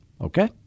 Okay